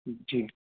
جی